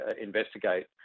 investigate